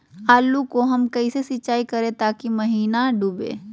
आलू को हम कैसे सिंचाई करे ताकी महिना डूबे?